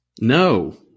No